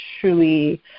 truly